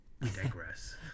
digress